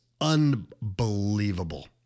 Unbelievable